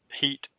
heat